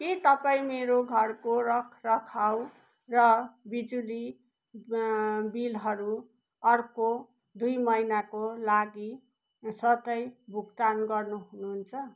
के तपाईँ मेरो घरको रखरखाव र बिजुली बिलहरू अर्को दुई महिनाको लागि स्वतः भुक्तान गर्नु हुनुहुन्छ